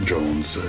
Jones